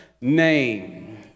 name